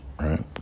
right